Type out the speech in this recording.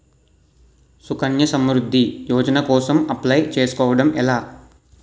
సుకన్య సమృద్ధి యోజన కోసం అప్లయ్ చేసుకోవడం ఎలా?